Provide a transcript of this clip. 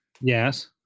Yes